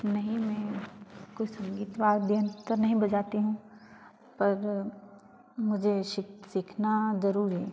नहीं मैं कुछ संगीत वाद्ययंत्र नहीं बजाती हूँ पर मुझे सीखना जरूर है